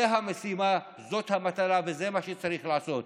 זאת המשימה, זאת המטרה וזה מה שצריך לעשות.